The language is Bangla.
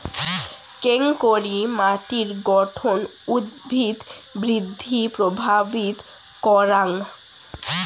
কেঙকরি মাটির গঠন উদ্ভিদ বৃদ্ধিত প্রভাবিত করাং?